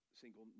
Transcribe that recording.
single